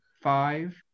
five